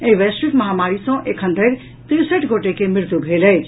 एहि वैश्विक महामारी सँ एखन धरि तिरसठि गोटे के मृत्यु भेल अछि